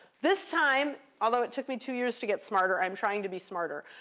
this time, although it took me two years to get smarter, i'm trying to be smarter.